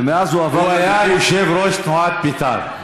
הוא היה יושב-ראש תנועת בית"ר.